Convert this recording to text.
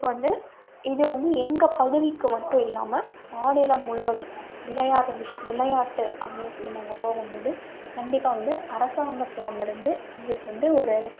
இப்போ வந்து இது வந்து எங்கள் பகுதிக்கு மட்டும் இல்லாமல் மாநிலம் முழுவதும் விளையா விளையாட்டு அப்படின்னு சொல்லி நாங்கள் போகும்போது கண்டிப்பாக வந்து அரசாங்கத்திடம் இருந்து எங்களுக்கு வந்து ஒரு